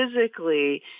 physically